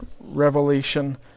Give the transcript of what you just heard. Revelation